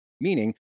Meaning